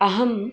अहं